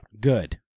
Good